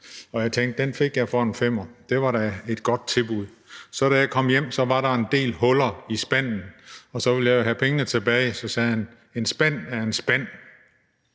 og jeg tænkte, at det var da et godt tilbud. Da jeg så kom hjem, var der en del huller i spanden, og så ville jeg jo have pengene tilbage, og så sagde han: En spand er en spand.